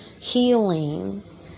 healing